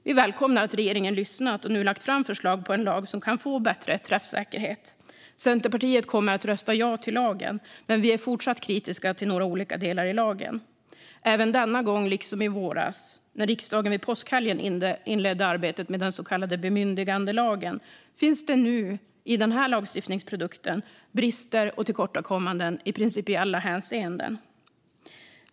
Vi välkomnar att regeringen har lyssnat och lagt fram förslag på en lag som kan få bättre träffsäkerhet. Centerpartiet kommer att rösta ja till lagen, men vi är fortsatt kritiska till några olika delar i den. Liksom i den så kallade bemyndigandelagen, som riksdagen inledde arbetet med under påskhelgen förra året, ser vi i den här lagstiftningsprodukten brister och tillkortakommanden i principiellt viktiga hänseenden.